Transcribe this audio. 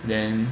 then